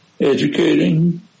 educating